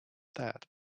that